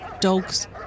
dogs